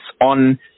on